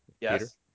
Yes